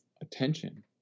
attention